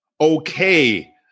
okay